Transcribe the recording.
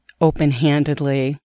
open-handedly